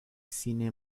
cine